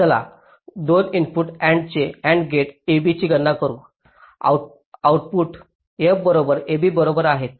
चला 2 input AND gate a b ची गणना करू आउटपुट f बरोबर a b बरोबर आहे